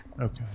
Okay